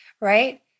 Right